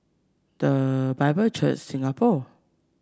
The Bible Church Singapore